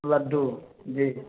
Laddu जी